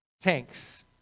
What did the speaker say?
tanks